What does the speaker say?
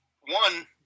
one